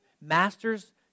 Masters